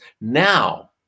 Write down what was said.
Now